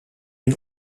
een